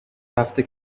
هفته